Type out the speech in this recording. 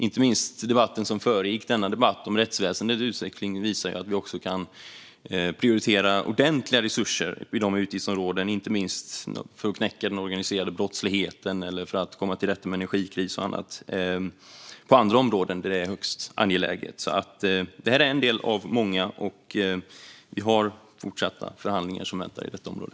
Inte minst debatten som föregick denna debatt, den om rättsväsendets utveckling, visar att vi på andra områden där det är högst angeläget kan prioritera ordentliga resurser för att knäcka den organiserade brottsligheten, komma till rätta med energikrisen och annat. Detta är en del av många, och vi har fortsatta förhandlingar som väntar på detta område.